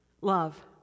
love